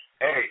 Hey